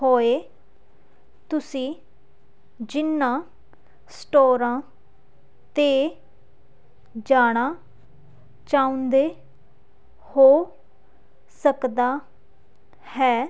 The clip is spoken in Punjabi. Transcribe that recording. ਹੋਏ ਤੁਸੀਂ ਜਿਹਨਾਂ ਸਟੋਰਾਂ 'ਤੇ ਜਾਣਾ ਚਾਹੁੰਦੇ ਹੋ ਸਕਦਾ ਹੈ